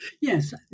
Yes